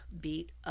beat